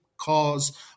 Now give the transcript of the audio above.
Cause